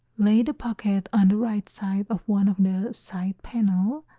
lay the pocket on the right side of one of the side panel.